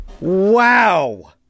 Wow